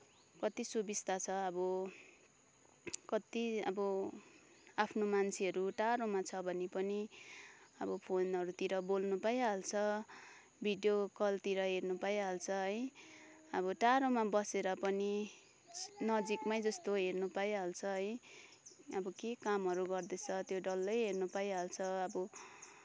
कति सुबिस्ता छ अब कति अब आफ्नो मान्छेहरू टाढोमा छ भने पनि अब फोनहरूतिर बोल्नु पाइहाल्छ भिडियो कलतिर हेर्न पाइहाल्छ है अब टाढोमा बसेर पनि नजिकमै जस्तो हेर्न पाइहाल्छ है अब के कामहरू गर्दैछ त्यो डल्लै हेर्न पाइहाल्छ अब